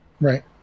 Right